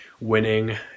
winning